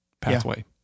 pathway